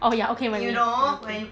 oh ya okay when we okay